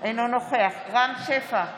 אינו נוכח רם שפע,